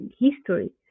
history